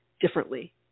differently